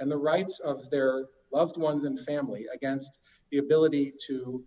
and the rights of their loved ones and family against the ability to